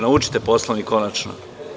Naučite Poslovnik konačno.